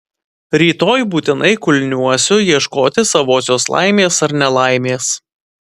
rytoj būtinai kulniuosiu ieškoti savosios laimės ar nelaimės